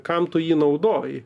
kam tu jį naudoji